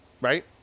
Right